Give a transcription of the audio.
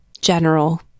general